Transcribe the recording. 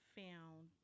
found